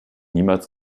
niemals